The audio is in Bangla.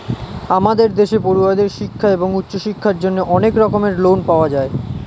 আমাদের দেশে পড়ুয়াদের শিক্ষা এবং উচ্চশিক্ষার জন্য অনেক রকমের লোন পাওয়া যায়